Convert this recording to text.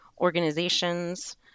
organizations